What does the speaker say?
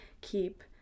keep